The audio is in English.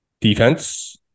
defense